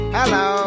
Hello